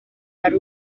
ari